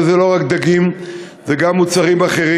וזה לא רק דגים, זה גם מוצרים אחרים.